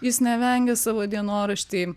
jis nevengia savo dienorašty